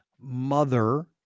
mother